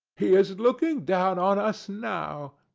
he is looking down on us now.